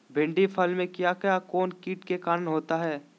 भिंडी फल में किया कौन सा किट के कारण होता है?